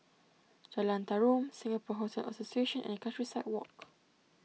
Jalan Tarum Singapore Hotel Association and Countryside Walk